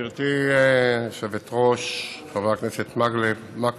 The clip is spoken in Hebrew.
גברתי היושבת-ראש, חבר הכנסת מקלב,